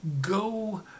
go